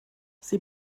sie